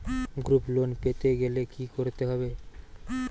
Group loan পেতে গেলে কি করতে হবে?